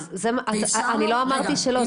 אני לא אמרתי שלא,